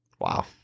Wow